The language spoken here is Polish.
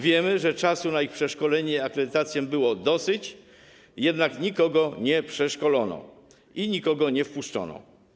Wiemy, że czasu na ich przeszkolenie i akredytację było dosyć, jednak nikogo nie przeszkolono i nikogo nie wpuszczono.